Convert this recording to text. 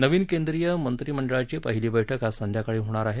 नवीन केंद्रीय मंत्री मंडळाची पहिली बैठक आज संध्याकाळी होणार आहे